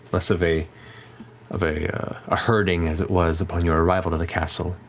less of a of a ah herding as it was upon your arrival to the castle.